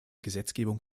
gesetzgebung